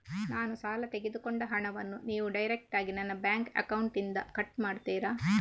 ನಾನು ಸಾಲ ತೆಗೆದುಕೊಂಡ ಹಣವನ್ನು ನೀವು ಡೈರೆಕ್ಟಾಗಿ ನನ್ನ ಬ್ಯಾಂಕ್ ಅಕೌಂಟ್ ಇಂದ ಕಟ್ ಮಾಡ್ತೀರಾ?